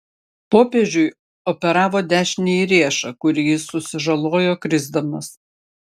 popiežiui operavo dešinįjį riešą kurį jis susižalojo krisdamas